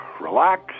Relax